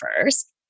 first